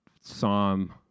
Psalm